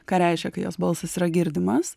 ką reiškia kai jos balsas yra girdimas